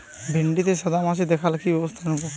ভিন্ডিতে সাদা মাছি দেখালে কি ব্যবস্থা নেবো?